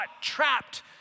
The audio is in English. trapped